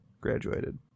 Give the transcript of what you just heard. graduated